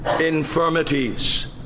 infirmities